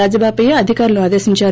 రాజబాపయ్య అధికారులను ఆదేశించారు